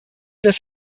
das